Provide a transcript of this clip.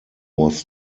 was